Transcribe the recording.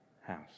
house